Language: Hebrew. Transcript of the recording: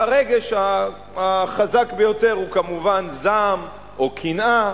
והרגש החזק ביותר הוא כמובן זעם או קנאה,